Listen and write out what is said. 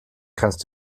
kannst